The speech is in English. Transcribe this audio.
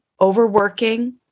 overworking